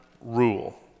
rule